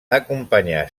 acompanyà